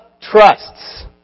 trusts